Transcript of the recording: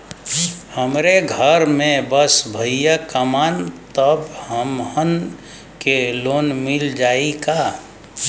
हमरे घर में बस भईया कमान तब हमहन के लोन मिल जाई का?